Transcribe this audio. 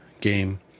game